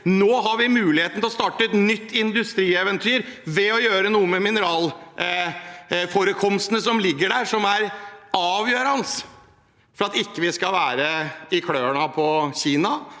Nå har vi muligheten til å starte et nytt industrieventyr ved å gjøre noe med mineralforekomstene som ligger der, som er avgjørende for at vi ikke skal være i klørne på Kina,